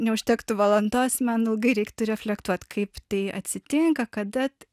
neužtektų valandos man ilgai reiktų reflektuot kaip tai atsitinka kada